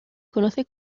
conoce